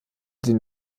den